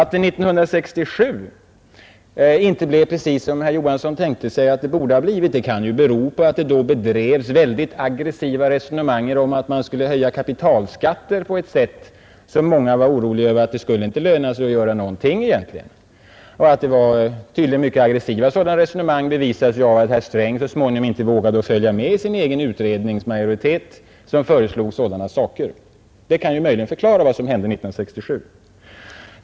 Att det 1967 inte blev precis så som herr Johansson anser att det borde ha blivit, kan bero på att det då drevs mycket aggressiva resonemang om att kapitalskatterna borde höjas; många blev oroliga för att det egentligen inte skulle löna sig att göra någonting. Att dessa resonemang var mycket aggressiva bevisas av att herr Sträng så småningom inte vågade följa sin egen utrednings majoritet. Det kan möjligen förklara vad som hände 1967.